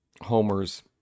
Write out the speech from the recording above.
Homer's